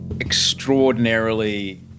extraordinarily